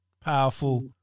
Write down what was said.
Powerful